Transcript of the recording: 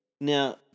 Now